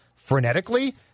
frenetically